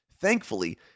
Thankfully